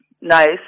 nice